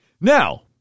Now